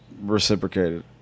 reciprocated